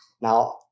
Now